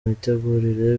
mitegurire